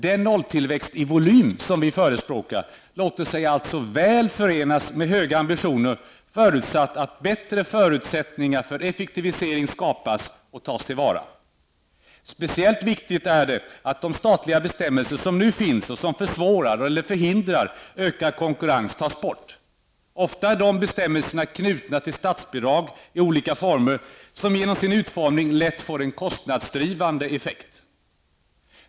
Den nolltillväxt i volym som vi förespråkar låter sig alltså väl förenas med höga ambitioner förutsatt att bättre förutsättningar för effektivisering skapas och tas till vara. Speciellt viktigt är att de statliga bestämmelser som nu finns och som försvårar eller förhindrar ökad konkurrens tas bort. Ofta är dessa bestämmelser knutna till statsbidrag i olika former som genom sin utformning lätt får en kostnadsdrivande effekt.